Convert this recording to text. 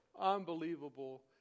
unbelievable